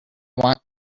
want